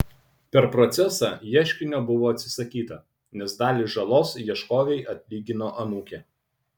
per procesą ieškinio buvo atsisakyta nes dalį žalos ieškovei atlygino anūkė